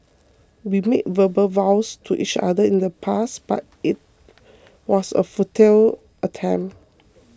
we made verbal vows to each other in the past but it was a futile attempt